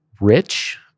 rich